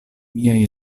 miaj